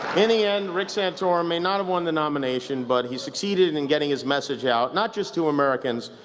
in the end, rick santorum may not have won the nomination but he succeeded in getting his message out. not just to americans,